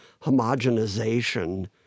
homogenization